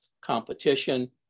competition